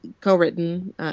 Co-written